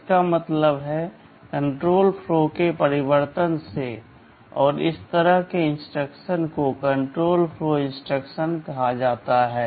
इसका मतलब है कण्ट्रोल फ्लो के परिवर्तन से और इस तरह के इंस्ट्रक्शन को कण्ट्रोल फ्लो इंस्ट्रक्शन कहा जाता है